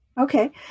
Okay